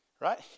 Right